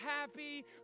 happy